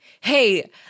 hey